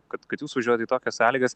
kad kad jūs važiuojat į tokias sąlygas